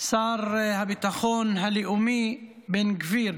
השר לביטחון לאומי בן גביר,